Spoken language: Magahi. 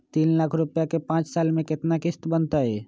तीन लाख रुपया के पाँच साल के केतना किस्त बनतै?